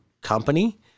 company